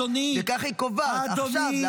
וכך היא קובעת עכשיו.